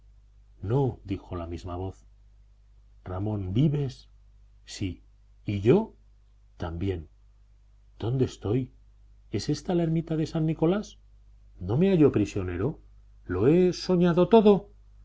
no dijo la misma voz ramón vives sí y yo también dónde estoy es ésta la ermita de san nicolás no me hallo prisionero lo he soñado todo